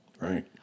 Right